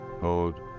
Hold